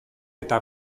eta